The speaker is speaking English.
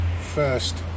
first